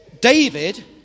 David